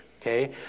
okay